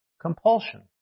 compulsion